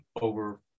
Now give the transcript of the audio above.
over